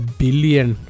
billion